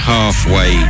Halfway